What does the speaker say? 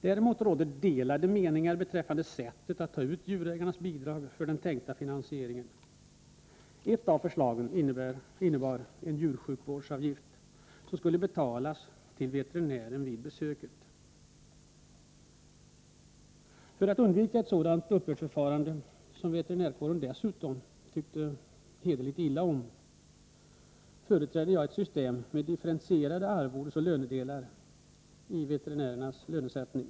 Däremot rådde delade meningar beträffande sättet att ta ut djurägarnas bidrag till den tänkta finansieringen. Ett av förslagen innebar att en djursjukvårdsavgift skulle betalas till veterinären vid besöket. För att undvika ett sådant uppbördsförfarande, som veterinärkåren tyckte uppriktigt illa om, förespråkade jag ett system med differentierade arvodesoch lönedelar i veterinärernas lönesättning.